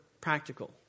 practical